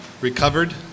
recovered